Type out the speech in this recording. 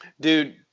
Dude